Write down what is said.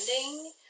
ending